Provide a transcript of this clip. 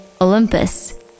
Olympus